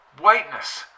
whiteness